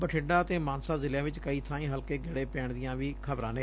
ਬਠਿੰਡਾ ਅਤੇ ਮਾਨਸਾ ਜ਼ਿਲ਼ਿਆਂ ਚ ਕਈ ਥਾਈਂ ਹਲਕੇ ਗੜੇ ਪੈਣ ਦੀਆਂ ਵੀ ਖ਼ਬਰਾਂ ਨੇ